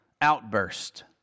outburst